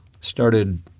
started